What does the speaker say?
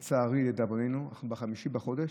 אבל לא בחיזוק מבנים,